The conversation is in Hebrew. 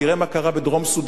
תראה מה קרה בדרום-סודן,